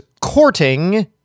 courting